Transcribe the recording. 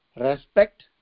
respect